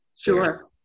Sure